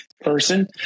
person